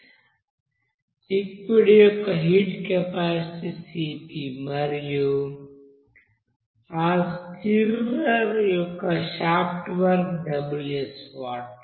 liquid యొక్క heat capacity Cp మరియు ఆ స్టిరర్ యొక్క షాఫ్ట్ వర్క్ Ws వాట్